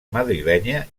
madrilenya